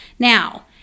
Now